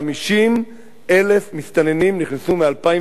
50,000 מסתננים נכנסו מ-2005.